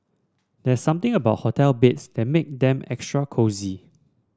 there's something about hotel beds that make them extra cosy